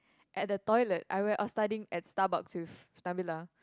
at the toilet I where I was studying at Starbucks with Nabilah